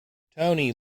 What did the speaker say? tony